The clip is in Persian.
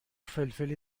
فلفل